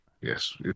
Yes